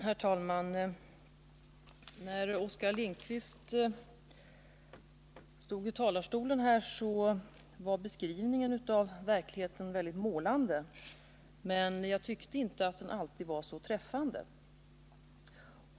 Herr talman! Den beskrivning av verkligheten som Oskar Lindkvist gjorde från denna talarstol var väldigt målande, men jag tyckte att den inte alltid var så träffande.